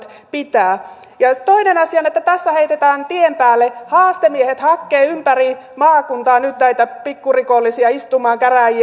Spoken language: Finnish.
toinen asia on että tässä heitetään tien päälle haastemiehet hakemaan ympäri maakuntaa nyt näitä pikkurikollisia istumaan käräjiä